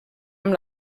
amb